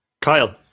Kyle